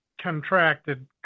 contracted